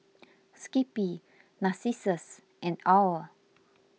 Skippy Narcissus and Owl